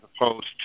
opposed